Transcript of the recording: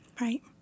Right